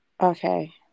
Okay